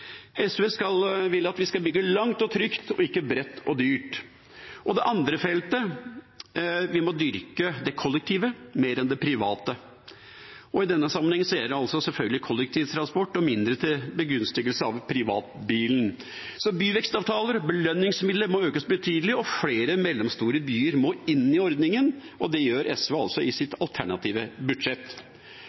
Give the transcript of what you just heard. SV vil at vi skal bygge langt og trygt og ikke bredt og dyrt. Det andre feltet er at vi må dyrke det kollektive mer enn det private. I denne sammenhengen gjelder det selvfølgelig kollektivtransport og mindre til begunstigelse av privatbilen. Byvekstavtaler og belønningsmidler må økes betydelig, og flere mellomstore byer må inn i ordningen. Dette gjør SV i sitt alternative budsjett.